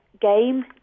game